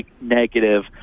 negative